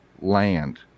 land